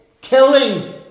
killing